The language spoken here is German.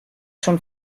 schon